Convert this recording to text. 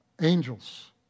angels